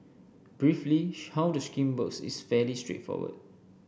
briefly how the scheme works is fairly straightforward